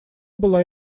была